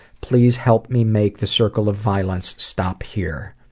please help me make the circle of violence stop here.